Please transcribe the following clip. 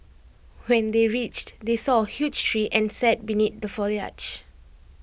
when they reached they saw A huge tree and sat beneath the foliage